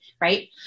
Right